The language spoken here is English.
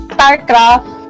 Starcraft